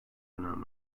önem